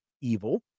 evil